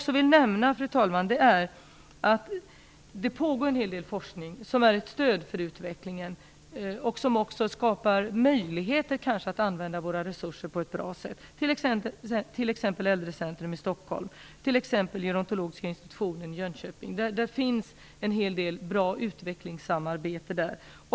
Jag vill också nämna att det nu pågår en hel del forskning om detta. Det är ett stöd för utvecklingen och det skapar kanske också möjligheter att använda våra resurser på ett bra sätt. Exempel på detta är Äldrecentrum i Stockholm och Institutet för gerontologi i Jönköping. Där finns det en hel del bra utvecklingssamarbete.